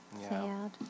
Sad